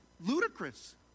ludicrous